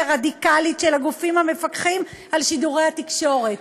רדיקלית של הגופים המפקחים על שידורי התקשורת.